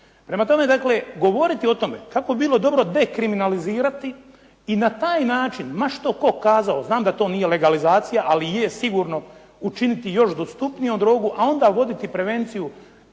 Prema tome, dakle govoriti o tome kako bi bilo dobro dekriminalizirati i na taj način ma što tko kazao, znam da to nije legalizacija, ali je sigurno učiniti još dostupnijom drogu, a onda voditi prevenciju